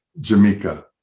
Jamaica